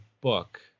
book